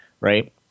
Right